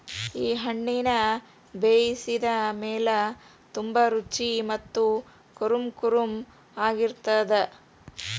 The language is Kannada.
ಈ ಹಣ್ಣುನ ಬೇಯಿಸಿದ ಮೇಲ ತುಂಬಾ ರುಚಿ ಮತ್ತ ಕುರುಂಕುರುಂ ಆಗಿರತ್ತದ